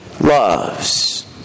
loves